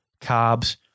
carbs